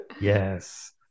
Yes